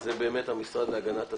זה באמת המשרד להגנת הסביבה.